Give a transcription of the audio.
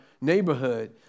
neighborhood